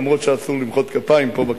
אף-על-פי שאסור למחוא כפיים פה בכנסת.